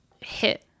hit